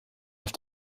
auf